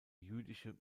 jüdische